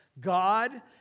God